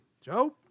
Joe